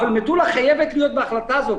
אבל מטולה חייבת להיות בהחלטה הזאת,